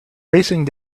racing